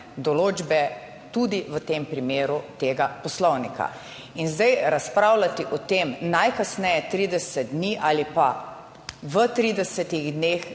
določbe, tudi v tem primeru tega Poslovnika. In zdaj razpravljati o tem najkasneje 30 dni ali pa v 30 dneh